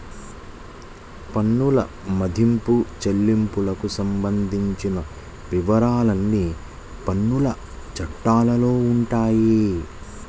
పన్నుల మదింపు, చెల్లింపులకు సంబంధించిన వివరాలన్నీ పన్నుల చట్టాల్లో ఉంటాయి